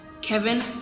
Kevin